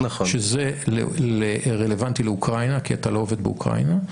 שזה רלוונטי לאוקראינה כי אתה לא עובד באוקראינה,